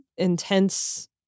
intense